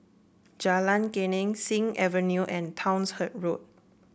Jalan Geneng Sing Avenue and Townshend Road